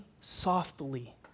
softly